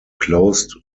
closed